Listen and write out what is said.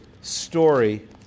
story